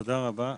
תודה רבה.